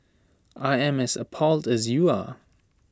I am as appalled as you are